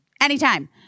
anytime